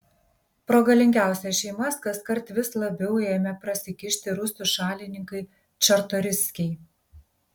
pro galingiausias šeimas kaskart vis labiau ėmė prasikišti rusų šalininkai čartoriskiai